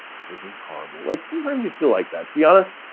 everything's horrible. like sometimes, you feel like that. to be honest,